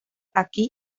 aquí